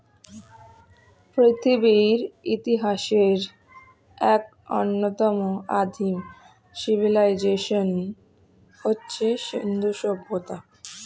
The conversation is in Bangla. পৃথিবীর ইতিহাসের এক অন্যতম আদিম সিভিলাইজেশন হচ্ছে সিন্ধু সভ্যতা